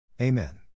Amen